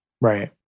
Right